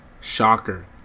Shocker